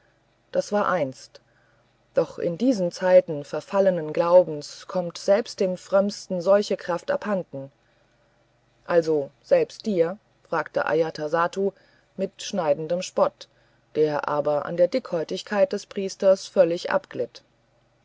das war einst doch in diesen zeiten verfallenen glaubens kommt selbst dem frömmsten solche kraft abhanden also selbst dir fragte ajatasattu mit schneidendem spott der aber an der dickhäutigkeit des priesterstolzes völlig abglitt